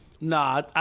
Nah